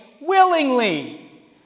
willingly